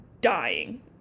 Dying